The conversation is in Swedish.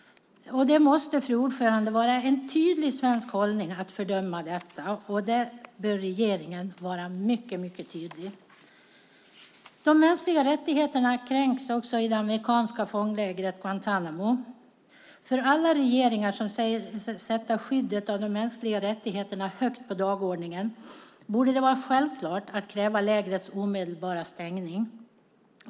Det måste, fru talman, vara en tydlig svensk hållning att fördöma detta. Där bör regeringen vara mycket tydlig. De mänskliga rättigheterna kränks också i det amerikanska fånglägret Guantánamo. För alla regeringar som säger sig sätta skyddet av de mänskliga rättigheterna högt på dagordningen borde det vara självklart att kräva lägrets omedelbara stängning.